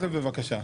בבקשה.